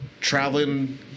traveling